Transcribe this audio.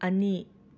ꯑꯅꯤ